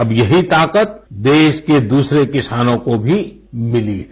अब यही ताकत देश के दूसरे किसानों को भी मिली है